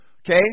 Okay